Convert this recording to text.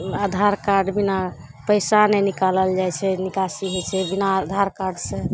ओ Aadhaar card बिना पइसा नहि निकालल जाए छै निकासी होइ छै बिना कार्डसे